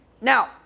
Now